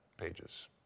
pages